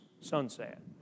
sunset